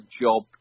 job